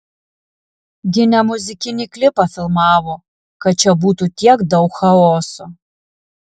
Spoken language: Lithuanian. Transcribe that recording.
gi ne muzikinį klipą filmavo kad čia būtų tiek daug chaoso